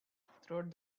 throughout